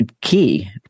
key